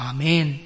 Amen